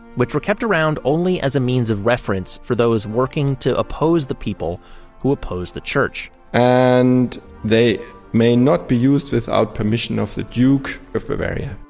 which were kept around only as a means of reference for those working to oppose the people who opposed the church and they may not be used without permission of the duke of bavaria